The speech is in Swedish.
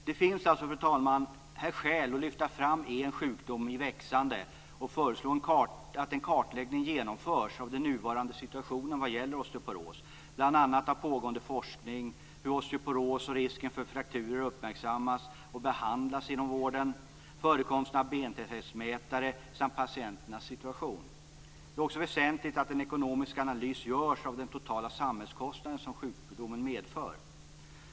Det finns alltså, fru talman, här skäl att lyfta fram en sjukdom i växande och föreslå att en kartläggning genomförs av den nuvarande situationen vad gäller osteoporos, bl.a. av pågående forskning, hur osteoporos och risken för frakturer uppmärksammas och behandlas inom vården, förekomsten av bentäthetsmätare samt patienternas situation. Det är också väsentligt att en ekonomisk analys görs av de totala samhällskostnader som sjukdomen medför.